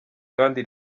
kandi